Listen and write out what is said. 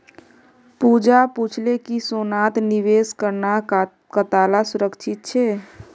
पूजा पूछले कि सोनात निवेश करना कताला सुरक्षित छे